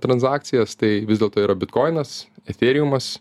tranzakcijas tai vis dėlto yra bitkoinas efeiriumas